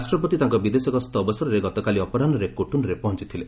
ରାଷ୍ଟ୍ରପତି ତାଙ୍କ ବିଦେଶ ଗସ୍ତ ଅବସରରେ ଗତକାଲି ଅପରାହୁରେ କୋଟନୁରେ ପହଞ୍ଚିଥିଲେ